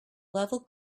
level